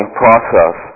process